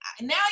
now